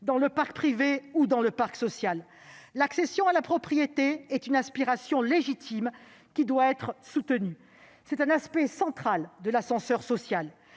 dans le parc privé ou dans le parc social. L'accession à la propriété est une aspiration légitime, qui doit être soutenue. C'est un aspect central de l'ascenseur social.